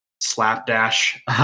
slapdash